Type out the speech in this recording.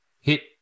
hit –